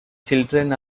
children